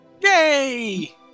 Yay